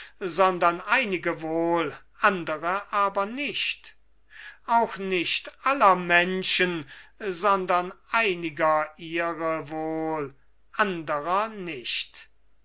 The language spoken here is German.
sondern einige wohl andere aber nicht und auch nicht aller menschen sondern einiger ihre wohl anderer aber nicht